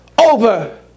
over